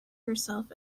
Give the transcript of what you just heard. herself